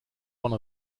one